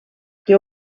que